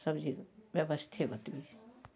सबजीके बेबस्थे बड्ड नीक